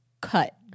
cut